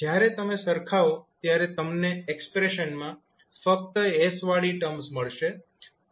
જ્યારે તમે સરખાવો ત્યારે તમને એક્સપ્રેશનમાં ફક્ત s વાળી ટર્મ્સ મળશે